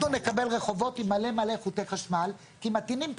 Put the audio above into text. אנחנו נקבל רחובות עם מלא חוטי חשמל כי מטעינים את